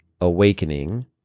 awakening